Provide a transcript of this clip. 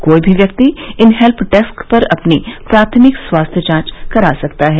कोई भी व्यक्ति इन हेल्प डेस्क पर अपनी प्राथमिक स्वास्थ्य जांच करा सकता है